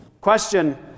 Question